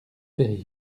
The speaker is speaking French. périr